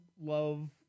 love